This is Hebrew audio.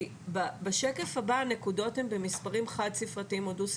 כי בשקף הבא הנקודות הן במספרים חד ספרתיים או דו ספרתיים,